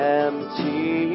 empty